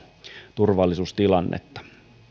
turvallisuustilannetta